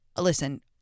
listen